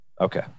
Okay